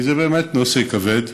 כי זה באמת נושא כבד,